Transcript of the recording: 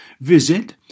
Visit